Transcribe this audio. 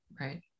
Right